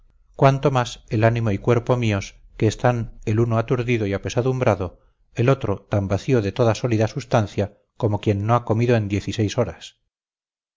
cuanto más el ánimo y cuerpo míos que están el uno aturdido y apesadumbrado el otro tan vacío de toda sólida sustancia como quien no ha comido en diez y seis horas